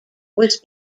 was